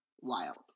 wild